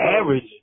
average